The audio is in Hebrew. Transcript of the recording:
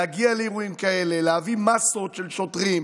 להגיע לאירועים כאלה, להביא מסות של שוטרים,